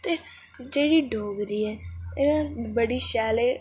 ते जेहड़ी डोगरी ऐ एह् बड़ी शैल ऐ